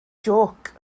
jôc